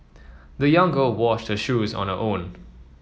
the young girl washed her shoes on her own